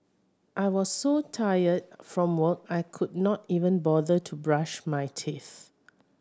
I was so tired from work I could not even bother to brush my teeth